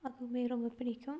பார்க்கவே ரொம்ப பிடிக்கும்